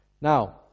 Now